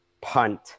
punt